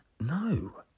No